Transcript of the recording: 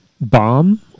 Bomb